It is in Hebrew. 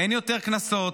אין יותר קנסות,